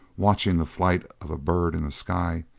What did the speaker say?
watching the flight of a bird in the sky,